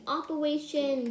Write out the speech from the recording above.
Operation